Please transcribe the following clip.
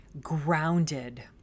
grounded